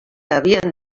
havien